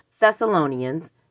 Thessalonians